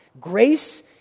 Grace